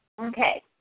Okay